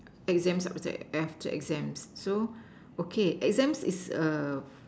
exam subject after exams so okay exams is err